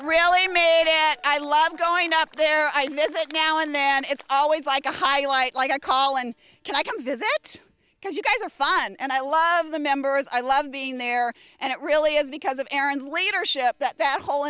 really made it i love going up there i visit now and then it's always like a highlight like i call and can i come visit because you guys are fun and i love the members i love being there and it really is because of air and leadership that that whole